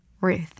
Ruth